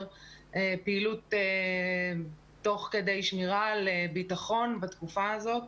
פעילות תוך כדי שמירה על ביטחון בתקופה הזאת.